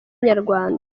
inyarwanda